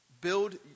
build